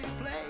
play